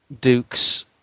Duke's